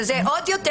שזה עוד יותר.